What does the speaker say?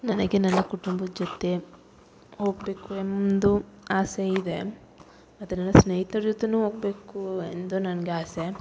ನನಗೆ ನನ್ನ ಕುಟುಂಬದ ಜೊತೆ ಹೋಗ್ಬೇಕು ಎಂದು ಆಸೆ ಇದೆ ಮತ್ತು ನನ್ನ ಸ್ನೇಹಿತರ ಜೊತೆನು ಹೋಗ್ಬೇಕೂ ಎಂದು ನನಗೆ ಆಸೆ